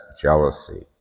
jealousy